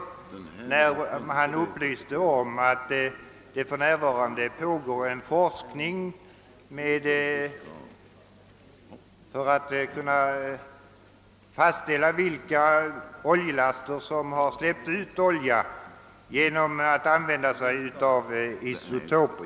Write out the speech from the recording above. Statsrådet upplyste i detta svar om att det för närvarande pågår en forskning för att genom användande av isotoper fastställa från vilka oljelaster olja har släppts ut.